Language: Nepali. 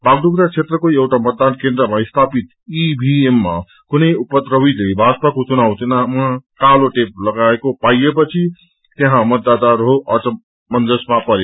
वाषडुप्रा क्षेत्रको एउआ मतदान केन्द्रमा स्यापित ईभीएम मा कुनै उपव्रवीले भाजपाको चुनाव विन्हमा कालो टेप लागाएको पाइएपछि त्यइँ मतदाताहरू असमंजसमा पेर